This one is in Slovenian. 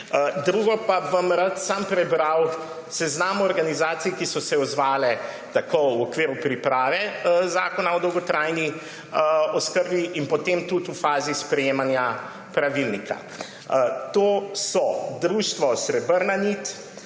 Drugo pa bi vam rad samo prebral seznam organizacij, ki so se odzvale tako v okviru priprave zakona o dolgotrajni oskrbi in potem tudi v fazi sprejemanja pravilnika. To so: Društvo Srebrna nit,